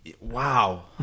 Wow